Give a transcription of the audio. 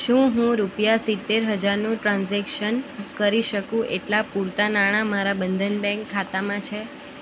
શું હું રૂપિયા સિતેર હજારનું ટ્રાન્ઝેક્શન કરી શકું એટલા પૂરતા નાણા મારા બંધન બેંક ખાતામાં છે